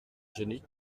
genix